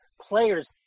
players